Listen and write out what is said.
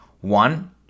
One